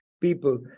people